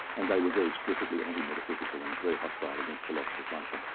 and they were very explicitly anti-metaphysical, and very hostile against philosophers like ah